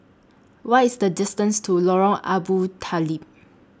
What IS The distance to Lorong Abu Talib